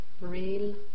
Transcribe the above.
real